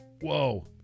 whoa